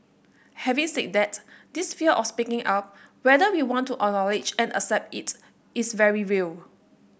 having said that this fear of speaking up whether we want to acknowledge and accept it is very real